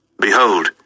behold